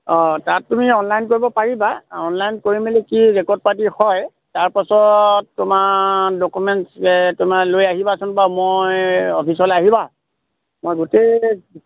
অঁ তাত তুমি অনলাইন কৰিব পাৰিবা অনলাইন কৰি মেলি কি ৰেকৰ্ড পাতি হয় তাৰপাছত তোমাৰ ডকুমেণ্টছ তোমাৰ লৈ আহিবাচোন বাৰু মই অফিচলৈ আহিবা মই গোটেই